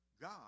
God